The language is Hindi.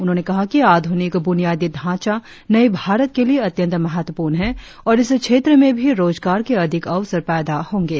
उन्होंने कहा कि आध्रनिक बुनियादी ढांचा नए भारत के लिए अत्यंत महत्वपूर्ण है और इस क्षेत्र में भी रोजगार के अधिक अवसर पैदा होंगे